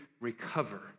recover